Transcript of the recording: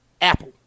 Apple